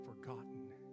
forgotten